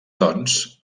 doncs